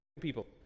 people